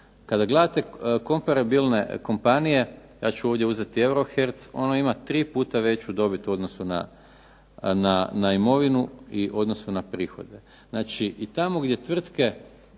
Kada gledate komparabilne kompanije, ja ću ovdje uzeti Euroherc ono ima tri puta veću dobit u odnosu na imovinu i u odnosu na prihode. Znači, i tamo gdje tvrtke